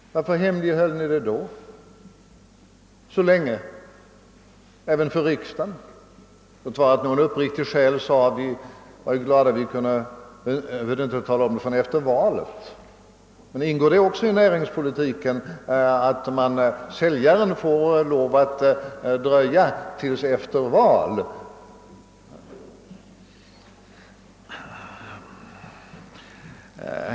Varför hemlighöll ni saken så länge då, även för riksdagen? Låt vara att någon uppriktig själ sade att man var glad över att inte behöva tala om saken förrän efter valet — men ingår det också i näringspolitiken att säljaren får lov att dröja till efter ett val?